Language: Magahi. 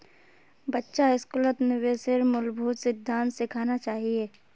बच्चा स्कूलत निवेशेर मूलभूत सिद्धांत सिखाना चाहिए